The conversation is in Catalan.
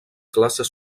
classes